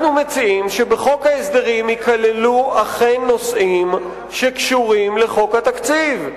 אנחנו מציעים שבחוק ההסדרים ייכללו אכן נושאים שקשורים לחוק התקציב,